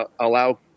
allow